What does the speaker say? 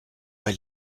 pas